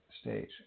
stage